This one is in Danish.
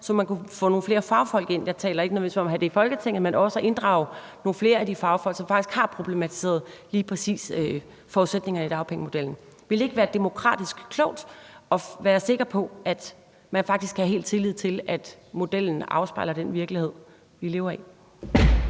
så man kunne få nogle flere fagfolk ind? Jeg taler ikke nødvendigvis om at have det i Folketinget, men også om at inddrage nogle flere af de fagfolk, som faktisk har problematiseret lige præcis forudsætningerne i dagpengemodellen. Ville det ikke være demokratisk klogt at være sikker på, at man faktisk helt kan have tillid til, at modellen afspejler den virkelighed, vi lever i?